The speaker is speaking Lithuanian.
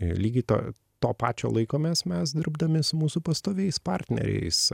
lygiai to to pačio laikomės mes dirbdami su mūsų pastoviais partneriais